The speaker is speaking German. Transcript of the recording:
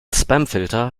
spamfilter